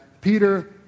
Peter